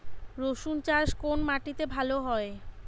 রুসুন চাষ কোন মাটিতে ভালো হয়?